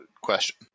question